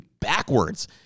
backwards